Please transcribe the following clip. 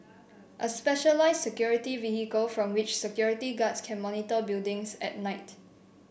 a specialised security vehicle from which security guards can monitor buildings at night